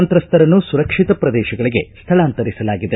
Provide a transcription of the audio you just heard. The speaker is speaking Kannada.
ಸಂತ್ರಸ್ತರನ್ನು ಸುರಕ್ಷಿತ ಪ್ರದೇಶಗಳಿಗೆ ಸ್ಥಳಾಂತರಿಸಲಾಗಿದೆ